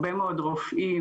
הרבה מאוד רופאים,